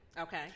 Okay